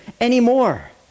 anymore